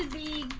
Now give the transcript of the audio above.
the